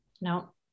No